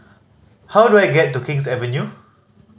how do I get to King's Avenue